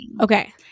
Okay